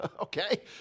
Okay